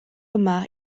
yma